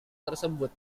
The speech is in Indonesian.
tersebut